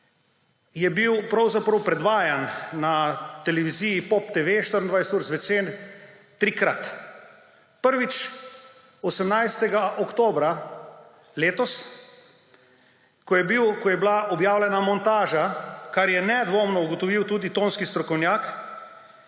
je bil pravzaprav predvajan na televiziji POP TV 24UR ZVEČER trikrat. Prvič 18. oktobra letos, ko je bila objavljena montaža, kar je nedvomno ugotovil tudi tonski strokovnjak.